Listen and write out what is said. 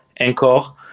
Encore